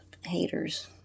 haters